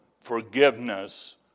forgiveness